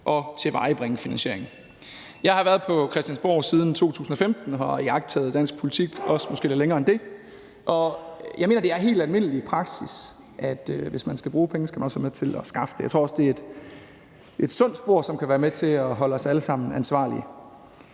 at tilvejebringe en finansiering. Jeg har været på Christiansborg siden 2015 og har iagttaget dansk politik, også måske lidt længere end det, og jeg mener, at det er helt almindelig praksis, at hvis man skal bruge penge, skal man også være med til at skaffe dem. Jeg tror, at det er et sundt spor, som kan være med til at holde os alle sammen ansvarlige.